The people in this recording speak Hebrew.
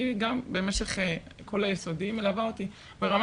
גם במשך כל היסודי היא מלווה אותי ברמה